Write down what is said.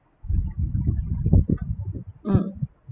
mm